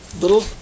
little